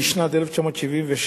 משנת 1975,